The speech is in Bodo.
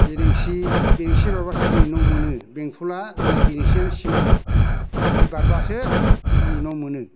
बिरिंसि बिरिंसि बारबासो जोंनि न' मोनो बेंथला जोंना बिरेंसियानो सिमा ओरै बारबासो आंनि न' मोनो